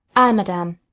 i, madam.